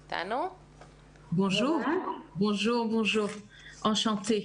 Bonjuor, enchanté,